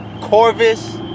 Corvus